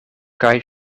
kaj